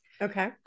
Okay